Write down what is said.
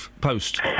Post